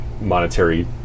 Monetary